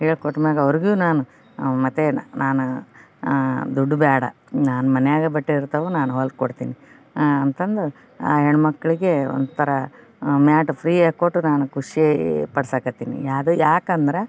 ಹೇಳ್ಕೊಟ್ಮ್ಯಾಗ ಅವ್ರ್ಗೂ ನಾನು ಮತ್ತು ನಾನು ದುಡ್ಡು ಬ್ಯಾಡ ನಾನು ಮನ್ಯಾಗ ಬಟ್ಟೆ ಇರ್ತಾವ ನಾನು ಹೊಲ್ದು ಕೊಡ್ತೀನಿ ಅಂತಂದು ಆ ಹೆಣ್ಮಕ್ಳಳಿಗೆ ಒಂಥರ ಮ್ಯಾಟ್ ಫ್ರೀಯಾಗಿ ಕೊಟ್ಟು ನಾನು ಖುಷಿ ಪಡ್ಸಕತ್ತೀನಿ ಅದು ಯಾಕಂದ್ರ